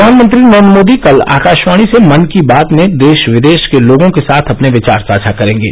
प्रधानमंत्री नरेन्द्र मोदी कल आकाशवाणी से मन की बात में देश विदेश के लोगों के साथ अपने विचार साझा करेंगे